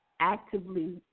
actively